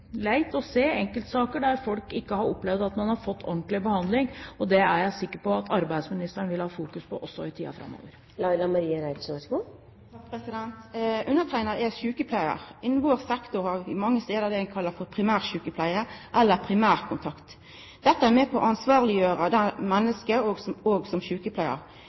leit å se enkeltsaker der folk ikke har opplevd at man har fått ordentlig behandling, og det er jeg sikker på at arbeidsministeren vil ha fokus på også i tiden framover. Eg er sjukepleiar. Innan vår sektor har ein mange stader det ein kallar for primærsjukepleiar eller primærkontakt. Dette er med på å ansvarleggjera ein som menneske, òg som